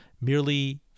merely